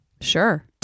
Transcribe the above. Sure